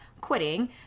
quitting